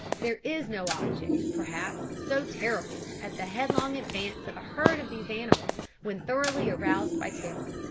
there is no object, perhaps, so terrible as the headlong advance of a herd of these animals when thoroughly aroused by terror.